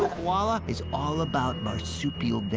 koala is all about marsupial but